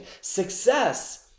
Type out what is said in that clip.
Success